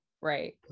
Right